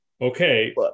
Okay